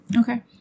Okay